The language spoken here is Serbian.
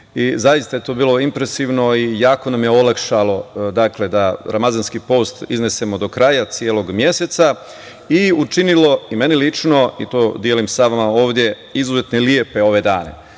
Zaista je to bilo impresivno i jako nam je olakšalo da ramazanski post iznesemo do kraja celog meseca i učinilo i meni lično, i to delim sa vama ovde, izuzetno lepe ove dane. Sutra